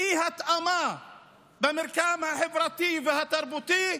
"אי-התאמה במרקם החברתי והתרבותי",